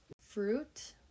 Fruit